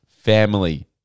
Family